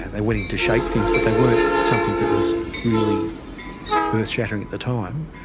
and they went into shape things but they weren't something that was really earthshattering at the time.